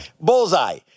Bullseye